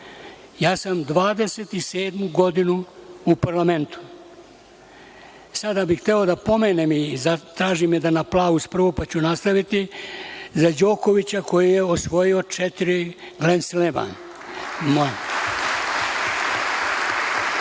i sedmu godinu u parlamentu. Sada bih hteo da pomenem i zatražim jedan aplauz prvo, pa ću nastaviti, za Đokovića, koji je osvojio četiri Gren Slema.